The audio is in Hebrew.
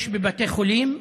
יש בבתי חולים?